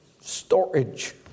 storage